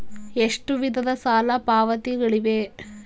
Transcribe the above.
ಎಷ್ಟು ವಿಧದ ಸಾಲ ಪಾವತಿಗಳಿವೆ?